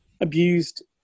abused